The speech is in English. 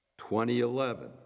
2011